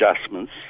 adjustments